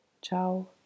Ciao